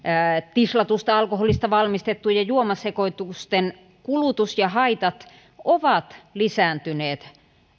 tislatusta alkoholista valmistettujen juomasekoitusten kulutus ja haitat ovat lisääntyneet